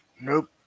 Nope